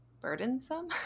burdensome